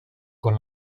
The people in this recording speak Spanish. con